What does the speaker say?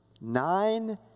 nine